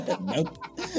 Nope